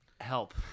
help